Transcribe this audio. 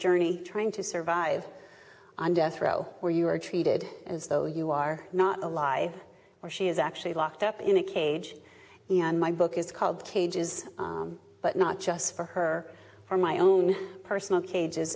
journey trying to survive on death row where you are treated as though you are not alive or she is actually locked up in a cage and my book is called cages but not just for her for my own personal cages